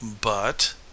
But